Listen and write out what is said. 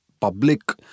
public